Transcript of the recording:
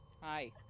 Hi